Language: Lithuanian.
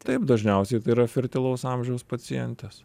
taip dažniausiai tai yra fertilaus amžiaus pacientės